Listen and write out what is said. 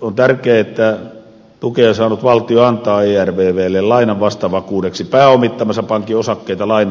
on tärkeää että tukea saanut valtio antaa ervvlle lainan vastavakuudeksi pääomittamansa pankin osakkeita lainaa vastaavalla määrällä